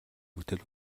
бүтээл